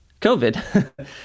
COVID